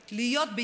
להיות,